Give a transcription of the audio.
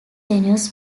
genus